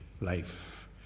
life